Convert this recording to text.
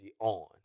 on